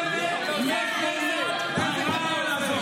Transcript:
פה לא תהיה במה להסתה חד-צדדית של המכונה הזאת,